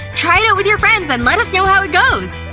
try it out with your friends and let us know how it goes!